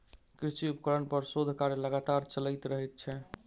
कृषि उपकरण पर शोध कार्य लगातार चलैत रहैत छै